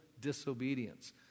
Disobedience